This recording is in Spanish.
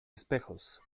espejos